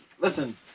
Listen